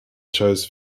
shows